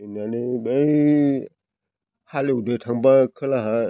मानि बै हालेवनो थांबा खोलाहा